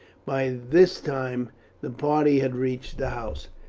by this time the party had reached the house.